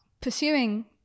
pursuing